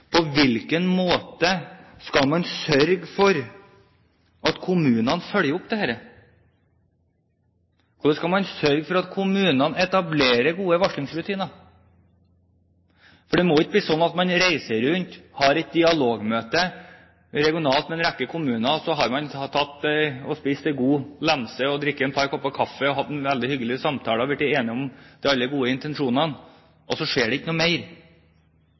På hvilken måte skal man sørge for at kommunene følger opp dette, hvordan skal man sørge for at kommunene etablerer gode varslingsrutiner? For det må ikke bli slik at man har reist rundt, hatt et dialogmøte regionalt med en rekke kommuner, spist en god lefse og drukket et par kopper kaffe og hatt en veldig hyggelig samtale og blitt enig om alle de gode intensjonene, og så skjer det ikke noe mer.